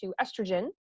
estrogen